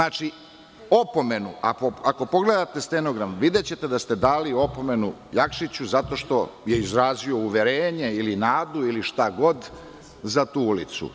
Ako pogledate stenogram, videćete da ste dali opomenu Jakšiću zato što je izrazio uverenje ili nadu ili šta god za tu ulicu.